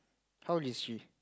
how is she